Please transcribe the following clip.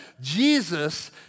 Jesus